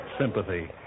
sympathy